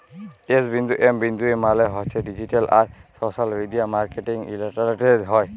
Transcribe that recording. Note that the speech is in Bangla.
এস বিন্দু এম বিন্দু ই মালে হছে ডিজিট্যাল আর সশ্যাল মিডিয়া মার্কেটিং ইলটারলেটে হ্যয়